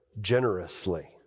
generously